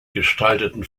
gestalteten